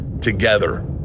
together